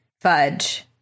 fudge